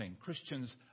Christians